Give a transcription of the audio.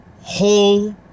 whole